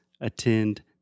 attend